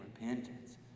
repentance